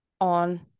on